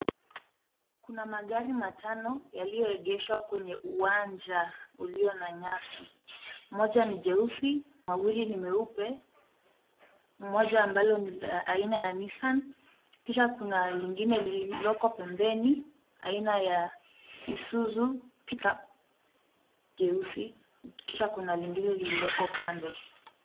Kuna magari matano yaliyoegeshwa kwenye uwanja ulio na nyasi. Moja ni jeusi, mawili ni meupe, moja ambalo ni la aina ya Nissan, kisha kuna lingine lililoko pembeni aina ya Isuzu pickup jeusi. Kisha kuna lingine lililoko kando.